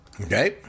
Okay